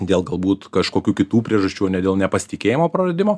dėl galbūt kažkokių kitų priežasčių ne dėl nepasitikėjimo praradimo